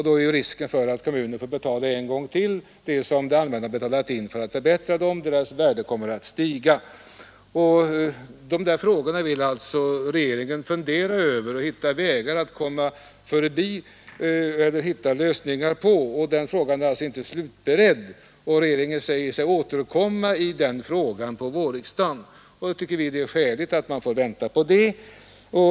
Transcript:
Då är det risk för att kommunen en gång till får betala vad det allmänna har satsat för att förbättra fastigheterna. Deras värde kommer ju att stiga. Den frågan ville regeringen fundera över och hitta en lösning på. Den är alltså inte slutberedd. Regeringen säger sig återkomma till den frågan vid vårriksdagen, och utskottet har tyckt att det är skäligt att vänta till dess.